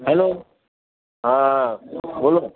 હાલો હા બોલો